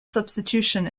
substitution